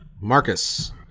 Marcus